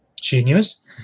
genius